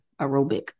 aerobic